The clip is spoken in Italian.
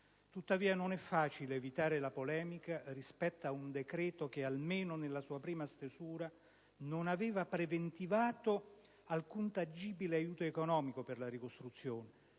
Tuttavia non è facile evitare la polemica rispetto ad un decreto che, almeno nella sua prima stesura, non aveva preventivato alcun tangibile aiuto economico per la ricostruzione,